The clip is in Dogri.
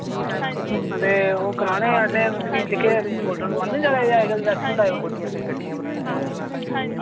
हां ते ओ कराने असैं मतलब कि जेह्के गोल्डन बाल नि चले दे अज्जकल वैक्सिंग टाइप